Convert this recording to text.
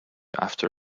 after